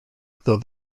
though